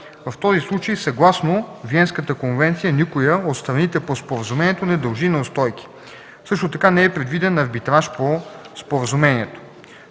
В този случай съгласно Виенската конвенция никоя от страните по Споразумението не дължи неустойки. Също така не е предвиден арбитраж по Споразумението.